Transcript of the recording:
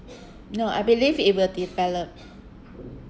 no I believe it will develop